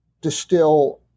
distill